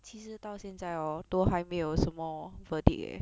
其实到现在 hor 都还没有什么 verdict eh